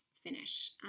finish